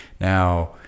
now